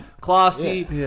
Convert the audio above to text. Classy